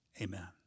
Amen